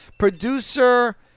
producer